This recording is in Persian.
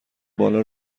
بالا